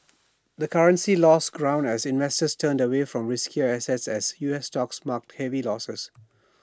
the currency lost ground as investors turned away from riskier assets as U S stocks marked heavy losses